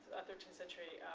a thirteenth century,